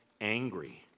angry